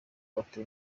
bati